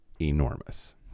enormous